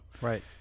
right